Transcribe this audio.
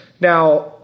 Now